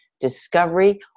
discovery